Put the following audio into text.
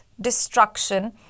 destruction